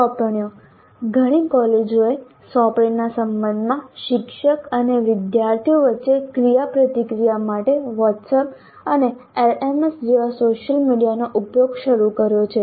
સોંપણીઓ ઘણી કોલેજોએ સોંપણીના સંબંધમાં શિક્ષક અને વિદ્યાર્થીઓ વચ્ચે ક્રિયાપ્રતિક્રિયા માટે WhatsApp અને LMS જેવા સોશિયલ મીડિયાનો ઉપયોગ શરૂ કર્યો છે